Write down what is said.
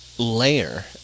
layer